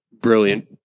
brilliant